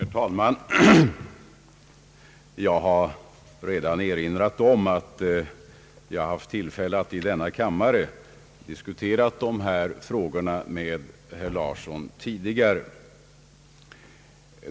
Herr talman! Jag har redan erinrat om att jag tidigare har haft tillfälle att i denna kammare diskutera dessa frågor med herr Larsson.